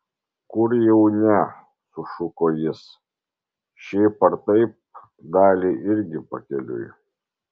kur jau ne sušuko jis šiaip ar taip daliai irgi pakeliui